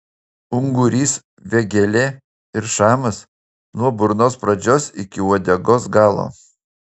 ungurys vėgėlė ir šamas nuo burnos pradžios iki uodegos galo